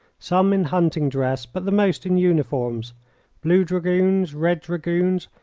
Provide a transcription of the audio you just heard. some in hunting dress, but the most in uniforms blue dragoons, red dragoons,